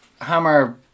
hammer